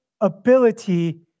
ability